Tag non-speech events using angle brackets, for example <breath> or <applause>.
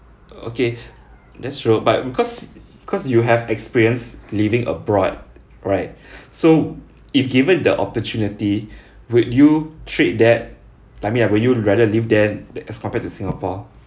okay <breath> that's true but because cause you have experience living abroad alright <breath> so if given the opportunity <breath> would you trade that like I mean would you rather live there as compared to singapore